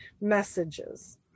messages